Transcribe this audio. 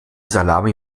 salami